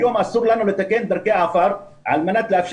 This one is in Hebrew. היום אסור לנו לתקן דרכי עפר על מנת לאפשר